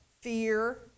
fear